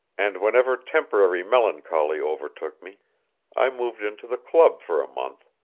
and whenever temporary melancholy overtook me i moved into the club for a month,